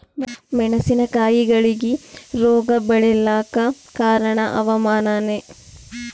ಮೆಣಸಿನ ಕಾಯಿಗಳಿಗಿ ರೋಗ ಬಿಳಲಾಕ ಕಾರಣ ಹವಾಮಾನನೇ?